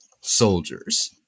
soldiers